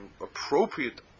appropriate